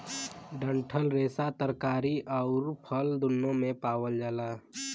डंठल रेसा तरकारी आउर फल दून्नो में पावल जाला